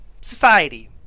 Society